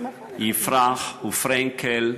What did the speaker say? יפרח ופרנקל,